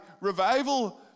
revival